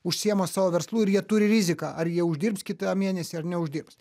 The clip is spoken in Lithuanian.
užsiima savo verslu ir jie turi riziką ar jie uždirbs kitą mėnesį ar neuždirbs